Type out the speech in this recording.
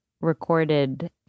recorded